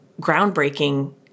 groundbreaking